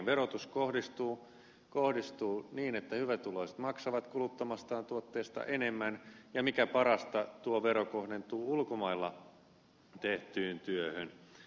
verotus kohdistuu niin että hyvätuloiset maksavat kuluttamastaan tuotteesta enemmän ja mikä parasta tuo vero kohdentuu ulkomailla tehtyyn työhön